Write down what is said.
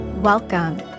Welcome